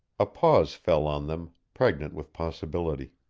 a pause fell on them, pregnant with possibility.